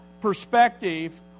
perspective